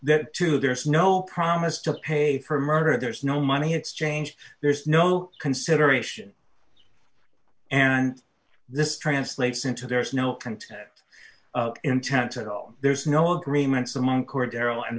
that too there's no promise to pay for a murder there's no money exchanged there's no consideration and this translates into there is no contest intent at all there's no agreements among court carol and